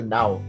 now